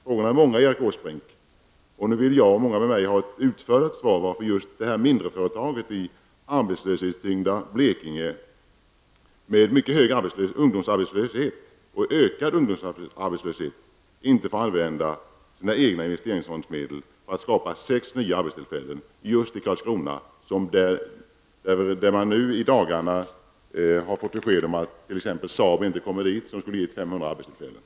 Frågorna är många, Erik Åsbrink, och nu vill jag och många med mig ha ett utförligt svar på frågan varför ett mindre företag i det arbetslöshetstyngda Blekinge, med mycket hög och ökande ungdomsarbetslöshet, inte får använda sina egna investeringsfondsmedel för att skapa sex nya arbetstillfällen i Karlskrona. I Karlskrona har man i dagarna fått besked om att Saab inte kommer att ha någon fabrik där, vilket skulle ha gett 500